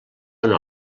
una